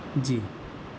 جی